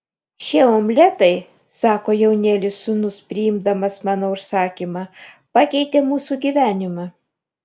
šie omletai sako jaunėlis sūnus priimdamas mano užsakymą pakeitė mūsų gyvenimą